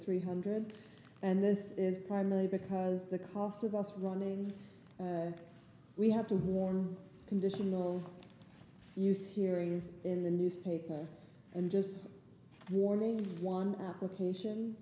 three hundred and this is primarily because the cost of us running we have to warm conditional use hearing is in the newspaper and just warning one application